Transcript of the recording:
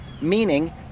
meaning